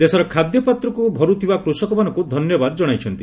ଦେଶର ଖାଦ୍ୟପାତ୍ରକୁ ଭରୁଥିବା କୃଷକମାନଙ୍କୁ ଧନ୍ୟବାଦ ଜଣାଇଛନ୍ତି